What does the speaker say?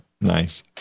Nice